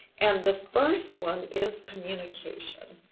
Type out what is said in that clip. and the first one is communication.